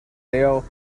dale